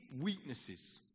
weaknesses